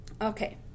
Okay